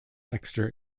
exeter